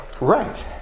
Right